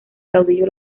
caudillo